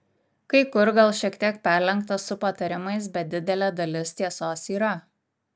kai kur gal šiek tiek perlenkta su patarimais bet didelė dalis tiesos yra